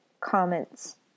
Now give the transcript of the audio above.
comments